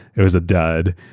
it was a dud.